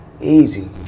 easy